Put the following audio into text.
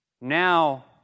Now